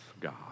God